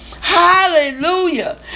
Hallelujah